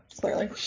clearly